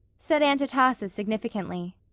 said aunt atossa significantly.